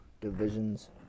divisions